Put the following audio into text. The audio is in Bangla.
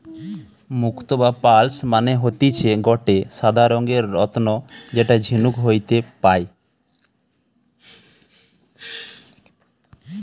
মুক্তো বা পার্লস মানে হতিছে গটে সাদা রঙের রত্ন যেটা ঝিনুক হইতে পায়